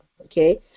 Okay